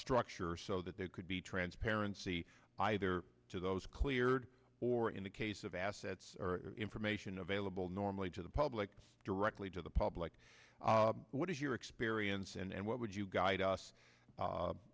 structure so that there could be transparency either to those cleared or in the case of assets information available normally to the public directly to the public what is your experience and what would you guide us